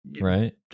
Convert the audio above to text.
right